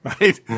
right